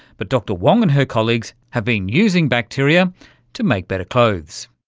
but dr wang and her colleagues have been using bacteria to make better clothes.